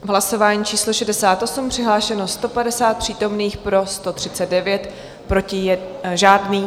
V hlasování číslo 68 přihlášeno 150 přítomných, pro 139, proti žádný.